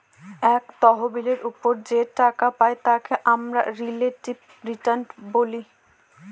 এক তহবিলের ওপর যে টাকা পাই তাকে আমরা রিলেটিভ রিটার্ন বলে